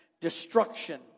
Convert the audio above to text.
destruction